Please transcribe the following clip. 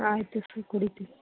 ಆಯಿತು ಸರ್ ಕುಡಿತೀನಿ